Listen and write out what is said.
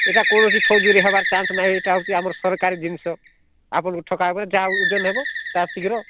ଏଇଟା କୌଣସି ଫୌଜରି ହବାର ଚାନ୍ସ୍ ନାହିଁ ଏଇଟା ହେଉଛି ଆମର ସରକାରୀ ଜିନିଷ ଆପଣଙ୍କୁ ଠକା ହେବନି ଯାହା ଓଜନ ହେବ ତା ଶୀଘ୍ର